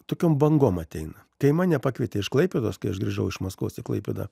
tokiom bangom ateina kai mane pakvietė iš klaipėdos kai aš grįžau iš maskvos į klaipėdą